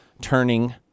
turning